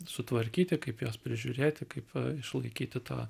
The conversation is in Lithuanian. sutvarkyti kaip juos prižiūrėti kaip išlaikyti tą